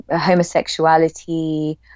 homosexuality